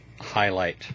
highlight